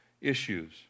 issues